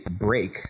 break